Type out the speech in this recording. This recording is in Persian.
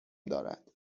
دارد